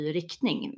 riktning